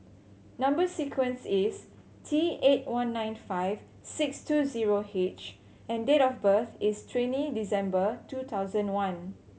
number sequence is T eight one nine five six two zero H and date of birth is twenty December two thousand one